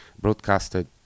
broadcasted